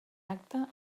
acte